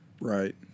Right